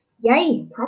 Yay